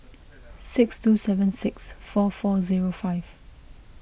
six two seven six four four zero five